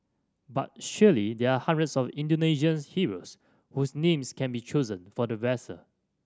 but surely there are hundreds of Indonesians heroes whose names can be chosen for the vessel